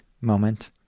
moment